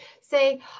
say